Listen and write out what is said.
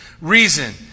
Reason